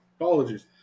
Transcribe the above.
Apologies